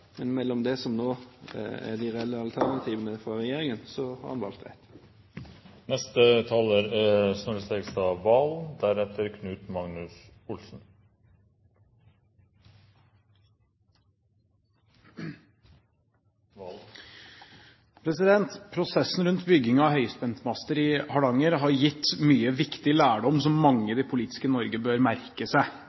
Men av det som er de reelle alternativene for regjeringen, har en valgt rett. Prosessen rundt byggingen av høyspentmaster i Hardanger har gitt mye viktig lærdom som mange i det politiske Norge bør merke seg.